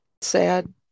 sad